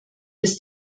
ist